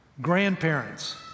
Grandparents